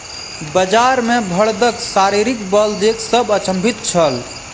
बजार मे बड़दक शारीरिक बल देख सभ अचंभित छल